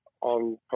on